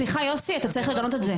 סליחה יוסי אתה צריך לגנות את זה,